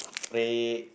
pray